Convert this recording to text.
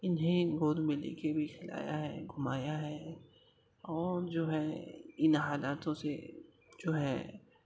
انہیں گود میں لے کے بھی کھلایا ہے گھمایا ہے اور جو ہے ان حالاتوں سے جو ہے